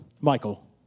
Michael